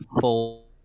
full